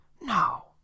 No